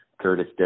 Curtis